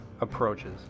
approaches